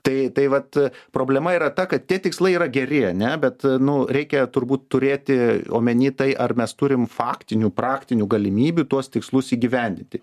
tai tai vat problema yra ta kad tie tikslai yra geri ane bet nu reikia turbūt turėti omeny tai ar mes turim faktinių praktinių galimybių tuos tikslus įgyvendinti